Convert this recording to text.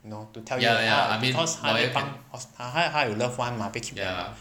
you know to tell them that because 他在帮他他有 loved one 吗